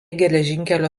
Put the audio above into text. geležinkelio